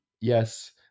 yes